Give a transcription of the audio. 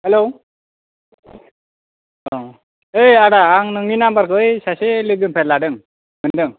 hello औ नै आदा आं नोंनि नाम्बारखौ बै सासे लोगोनिफ्राय लादों मोनदों